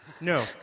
No